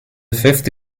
fifth